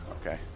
Okay